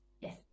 Yes